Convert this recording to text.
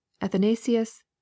Athanasius